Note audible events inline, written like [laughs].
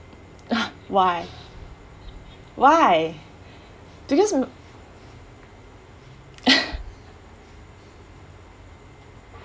[laughs] why why because [laughs]